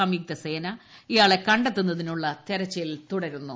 സംയുക്ത സേന ഇയാളെ കണ്ടെത്താനുള്ള തെരച്ചിൽ തുടരുന്നു